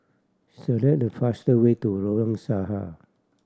select the faster way to Lorong Sahad